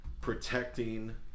protecting